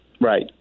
Right